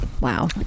wow